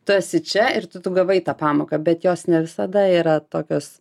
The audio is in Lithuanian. tu esi čia ir tu tu gavai tą pamoką bet jos ne visada yra tokios